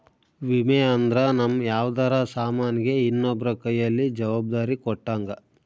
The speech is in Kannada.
ವಿಮೆ ಅಂದ್ರ ನಮ್ ಯಾವ್ದರ ಸಾಮನ್ ಗೆ ಇನ್ನೊಬ್ರ ಕೈಯಲ್ಲಿ ಜವಾಬ್ದಾರಿ ಕೊಟ್ಟಂಗ